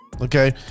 Okay